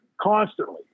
constantly